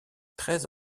treize